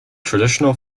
traditional